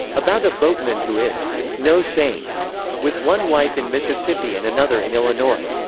about a boatman who is no saint with one wife in mississippi and another in illinois.